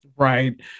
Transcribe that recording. right